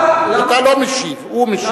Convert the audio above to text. אתה לא משיב, הוא משיב.